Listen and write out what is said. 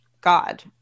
God